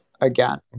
again